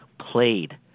played